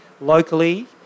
locally